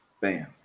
bam